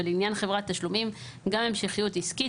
ולעניין חברת תשלומים - גם המשכיות עסקית,